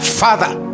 father